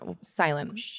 Silent